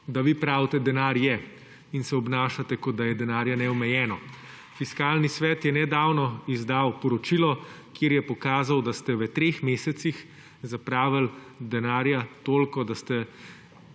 da vi pravite, da denar je in se obnašate, kot da je denarja neomejeno. Fiskalni svet je nedavno izdal poročilo, kjer je pokazal, da ste v treh mesecih zapravili toliko denarja, da ste